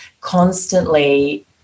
constantly